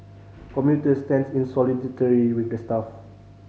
commuter stands in solidarity with the staff